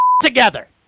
together